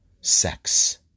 sex